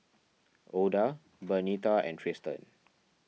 Oda Bernita and Trystan